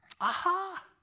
Aha